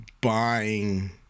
buying